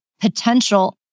potential